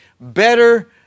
Better